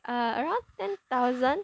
err around ten thousand